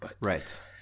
Right